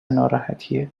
ناراحتیه